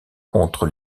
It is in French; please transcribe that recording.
contre